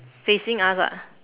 facing us ah